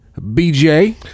bj